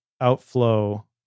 outflow